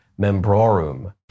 membrorum